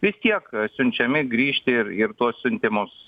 vis tiek siunčiami grįžti ir ir tuos siuntimus